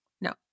no